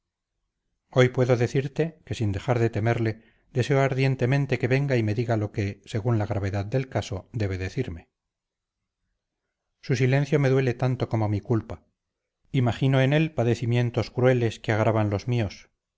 hoy puedo decirte que sin dejar de temerle deseo ardientemente que venga y me diga lo que según la gravedad del caso debe decirme su silencio me duele tanto como mi culpa imagino en él padecimientos crueles que agravan los míos